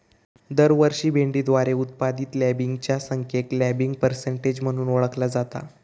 दरवर्षी भेंडीद्वारे उत्पादित लँबिंगच्या संख्येक लँबिंग पर्सेंटेज म्हणून ओळखला जाता